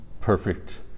perfect